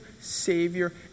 savior